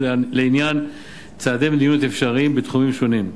לעניין צעדי ניוד אפשריים בתחומים שונים.